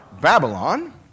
Babylon